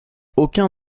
aucun